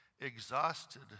exhausted